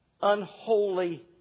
Unholy